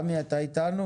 סמי, אתה איתנו?